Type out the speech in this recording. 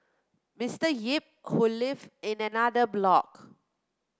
Mister Yip who lived in another block